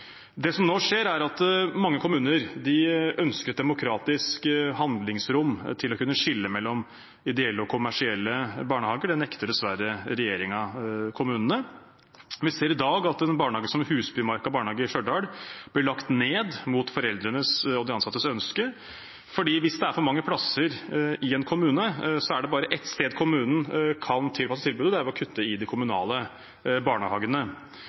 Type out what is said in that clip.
Det som nå skjer, er at mange kommuner ønsker et demokratisk handlingsrom til å kunne skille mellom ideelle og kommersielle barnehager. Det nekter dessverre regjeringen kommunene. Vi ser i dag at en barnehage som Husbymarka barnehage i Stjørdal blir lagt ned mot foreldrenes og de ansattes ønske, for hvis det er for mange plasser i en kommune, er det bare ett sted kommunen kan tilpasse tilbudet, og det er ved å kutte i de kommunale barnehagene.